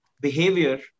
behavior